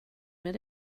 med